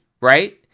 right